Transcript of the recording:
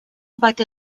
batte